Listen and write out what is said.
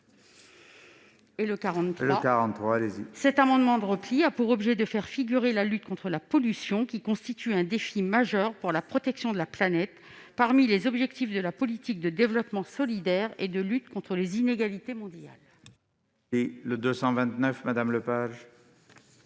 Duranton. Cet amendement de repli a pour objet de faire figurer la lutte contre la pollution, qui constitue un défi majeur pour la protection de la planète, parmi les objectifs de la politique de développement solidaire et de lutte contre les inégalités mondiales. L'amendement